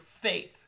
faith